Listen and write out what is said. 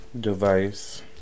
device